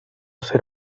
ser